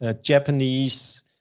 Japanese